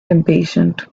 impatient